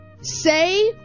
say